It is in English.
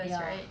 ya